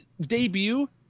debut